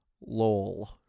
lol